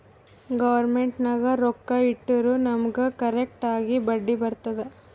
government ನಾಗ್ ರೊಕ್ಕಾ ಇಟ್ಟುರ್ ನಮುಗ್ ಕರೆಕ್ಟ್ ಆಗಿ ಬಡ್ಡಿ ಬರ್ತುದ್